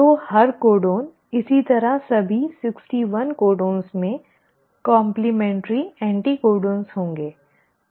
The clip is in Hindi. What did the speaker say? तो हर कोडन इसी तरह सभी 61 कोडन में कॉमप्लीमेंट्री एंटीकोडोन होंगे